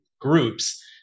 groups